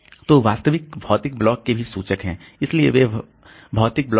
तो वे वास्तविक भौतिक ब्लॉक के भी सूचक हैं इसलिए ये भौतिक ब्लॉक हैं